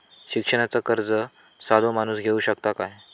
शिक्षणाचा कर्ज साधो माणूस घेऊ शकता काय?